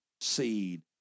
seed